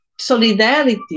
solidarity